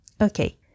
Okay